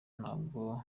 ntabwo